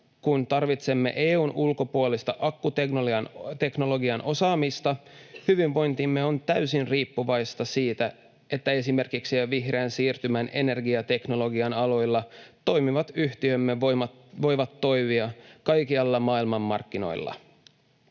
kuin tarvitsemme EU:n ulkopuolista akkuteknologian osaamista, hyvinvointimme on täysin riippuvaista siitä, että esimerkiksi vihreän siirtymän ja energiateknologian aloilla toimivat yhtiömme voivat toimia kaikkialla maailmanmarkkinoilla.